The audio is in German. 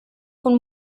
von